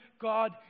God